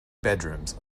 bedrooms